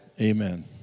Amen